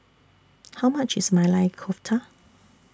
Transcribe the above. How much IS Maili Kofta